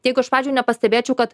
jeigu aš pavyzdžiui nepastebėčiau kad